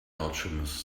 alchemist